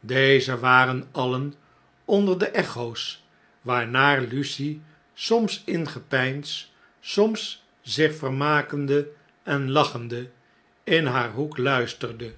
deze waren alien onder de echo's waarnaar lucie soms in gepeins soms zich vermakende en lachende in haar hoek luisterde